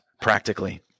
practically